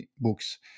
Books